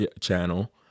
channel